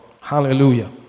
Hallelujah